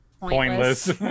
pointless